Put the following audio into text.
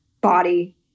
body